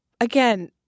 again